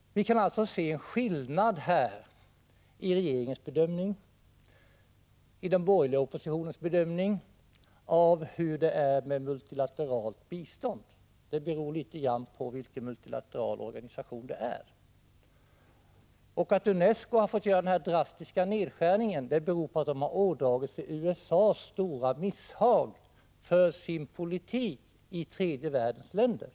Vi kan alltså se en skillnad i fråga om regeringens bedömning och den borgerliga oppositionens bedöm ning av multilateralt bistånd. Det beror litet grand på vilket multilateralt organ det är. Att UNESCO har fått göra en så drastisk nedskärning beror på att organisationen har ådragit sig USA:s stora misshag för sin politik i tredje världens länder.